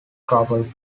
coupled